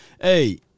hey